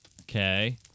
Okay